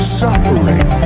suffering